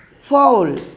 Fall